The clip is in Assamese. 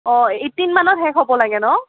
অঁ এইটটিন মানত শেষ হ'ব লাগে ন